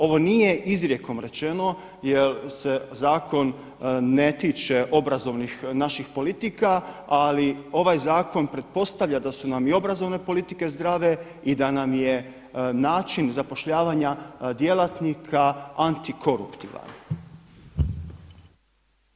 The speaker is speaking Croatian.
Ovo nije izrijekom rečeno jer se zakon ne tiče obrazovnih naših politika, ali ovaj zakon pretpostavlja da su nam i obrazovne politike zdrave i da nam je način zapošljavanja djelatnika antikoruptivan.